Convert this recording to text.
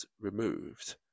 removed